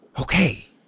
Okay